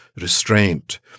restraint